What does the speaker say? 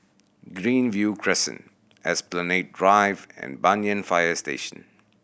Greenview Crescent Esplanade Drive and Banyan Fire Station